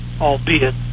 albeit